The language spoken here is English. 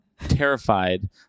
terrified